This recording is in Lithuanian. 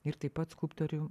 ir taip pat skulptorių